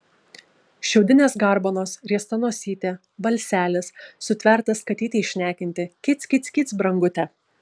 šiaudinės garbanos riesta nosytė balselis sutvertas katytei šnekinti kic kic kic brangute